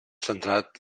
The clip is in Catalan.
centrat